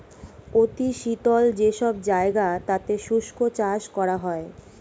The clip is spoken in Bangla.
অতি শীতল যে সব জায়গা তাতে শুষ্ক চাষ করা হয়